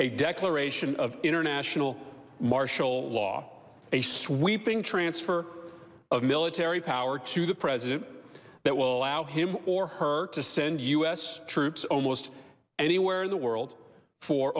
a declaration of international martial law a sweeping transfer of military power to the president that will allow him or her to send us troops almost anywhere in the world for